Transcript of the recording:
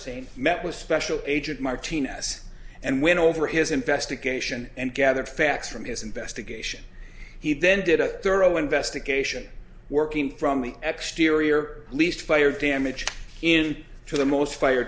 scene met with special agent martinez and went over his investigation and gathered facts from his investigation he then did a thorough investigation working from the exteriors least fire damage in to the most fire